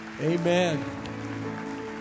Amen